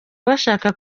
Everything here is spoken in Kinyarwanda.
bashaka